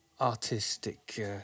artistic